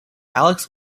alex